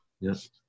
Yes